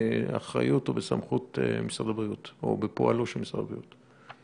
באחריות ובסמכות של משרד הבריאות או בפועלו של משרד הבריאות.